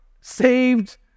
saved